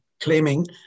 claiming